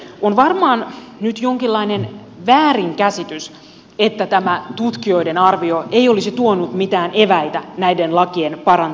on varmaan nyt jonkinlainen väärinkäsitys että tämä tutkijoiden arvio ei olisi tuonut mitään eväitä näiden lakien parantamiseen